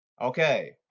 Okay